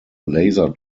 laser